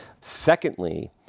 Secondly